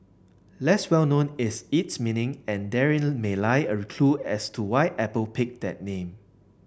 less well known is its meaning and therein may lie a clue as to why Apple picked that name